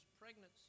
pregnancy